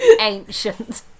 Ancient